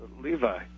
Levi